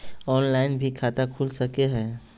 Online भी खाता खूल सके हय?